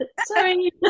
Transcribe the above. sorry